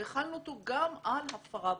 והחלנו אותו גם על הפרה בודדת.